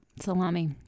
Salami